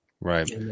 Right